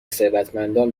ثروتمندان